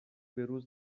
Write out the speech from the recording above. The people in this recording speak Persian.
بهروز